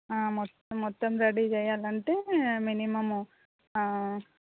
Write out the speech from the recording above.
మొత్తం మొత్తం రెడీ చెయ్యాలంటే మినిమము